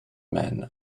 men